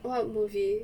what movie